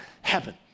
heaven